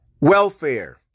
welfare